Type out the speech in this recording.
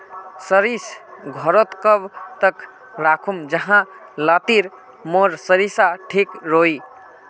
सरिस घोरोत कब तक राखुम जाहा लात्तिर मोर सरोसा ठिक रुई?